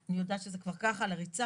יודעת שזה כבר, אני אשמח לריצה